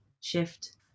shift